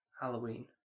Halloween